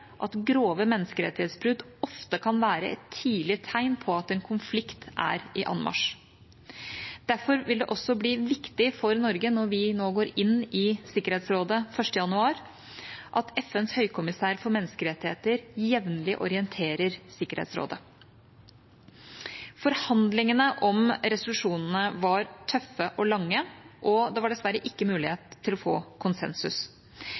at grove menneskerettighetsbrudd ofte kan være et tidlig tegn på at en konflikt er i anmarsj. Derfor vil det også bli viktig for Norge, når vi nå går inn i Sikkerhetsrådet 1. januar, at FNs høykommissær for menneskerettigheter jevnlig orienterer Sikkerhetsrådet. Forhandlingene om resolusjonen var tøffe og lange, og det var dessverre ikke mulighet til å få konsensus.